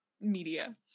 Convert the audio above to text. media